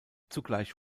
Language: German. zugleich